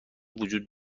وجود